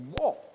more